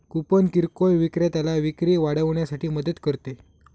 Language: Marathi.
कूपन किरकोळ विक्रेत्याला विक्री वाढवण्यासाठी मदत करते